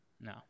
no